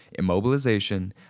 immobilization